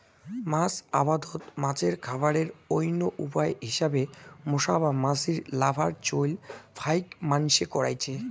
মাছ আবাদত মাছের খাবারের অইন্য উপায় হিসাবে মশা বা মাছির লার্ভার চইল ফাইক মাইনষে কইরচে